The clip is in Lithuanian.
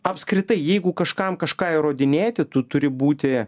apskritai jeigu kažkam kažką įrodinėti tu turi būti